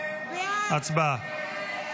הצבעה.